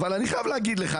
אבל אני חייב להגיד לך,